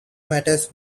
matters